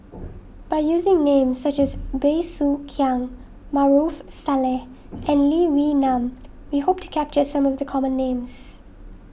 by using names such as Bey Soo Khiang Maarof Salleh and Lee Wee Nam we hope to capture some of the common names